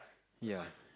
ya